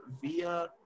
via